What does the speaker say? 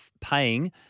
paying